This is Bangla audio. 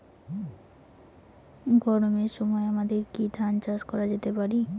গরমের সময় আমাদের কি ধান চাষ করা যেতে পারি?